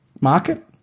market